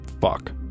Fuck